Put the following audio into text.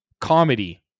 comedy